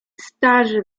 starzy